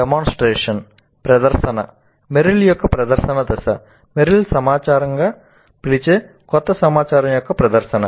demonstration ప్రదర్శన Merrill యొక్క ప్రదర్శన దశ మెర్రిల్ సమాచారంగా పిలిచే కొత్త సమాచారం యొక్క ప్రదర్శన